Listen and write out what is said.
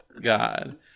God